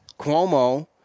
Cuomo